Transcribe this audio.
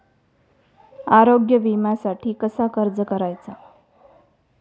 आरोग्य विम्यासाठी कसा अर्ज करायचा?